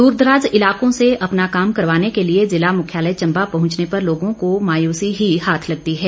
दूर दराज इलाकों से अपना काम करवाने के लिए जिला मुख्यालय चम्बा पहुंचने पर लोगों को मायूसी ही हाथ लगती है